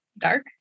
dark